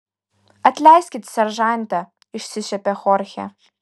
atleiskit seržante išsišiepė chorchė